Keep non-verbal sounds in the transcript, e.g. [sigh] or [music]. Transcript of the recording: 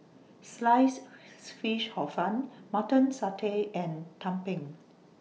Sliced [noise] Fish Hor Fun Mutton Satay and Tumpeng